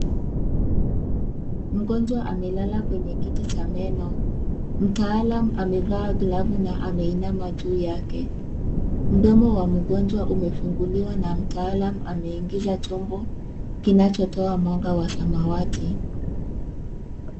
Mgonjwa amelala kwenye kiti cha meno. Mtaalam amevaa glovu na ameinama juu yake. Mdomo wa mgonjwa umefunguliwa na mtaalam ameingiza chombo kinachotoa mwanga wa samawati.